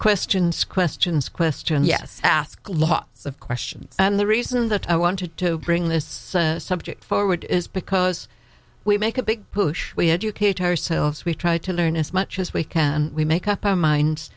questions questions questions yes ask lots of questions and the reason that i wanted to bring this subject forward is because we make a big push we had u k terror cells we try to learn as much as we can we make up our mind